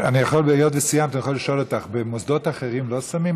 היות שסיימת אני יכול לשאול אותך: במוסדות אחרים לא שמים?